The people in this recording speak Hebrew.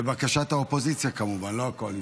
לבקשת האופוזיציה, כמובן, לא הקואליציה.